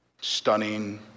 stunning